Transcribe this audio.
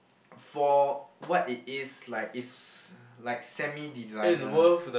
for what it is like is like semi designer